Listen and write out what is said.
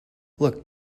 look